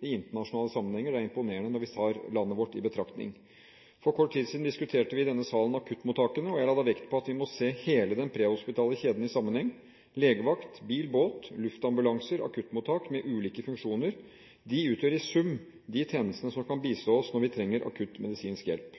i internasjonale sammenhenger. Det er imponerende når vi tar landet vårt i betraktning. For kort tid siden diskuterte vi i denne salen akuttmottakene, og jeg la da vekt på at vi må se hele den prehospitale kjeden i sammenheng. Legevakt, bil-, båt- og luftambulanser og akuttmottak med ulike funksjoner utgjør i sum de tjenestene som kan bistå oss når vi trenger akutt medisinsk hjelp.